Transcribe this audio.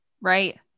Right